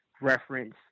reference